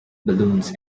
balloons